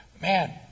Man